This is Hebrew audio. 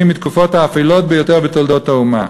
מהתקופות האפלות ביותר בתולדות האומה.